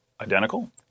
identical